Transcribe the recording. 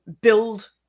build